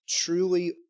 truly